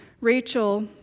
Rachel